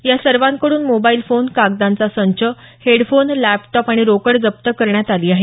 या सर्वांकडून mobile phone कागदांचा संच हेडफोन लॅपटॉप आणि रोकड जप्त करण्यात आली आहे